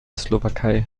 slowakei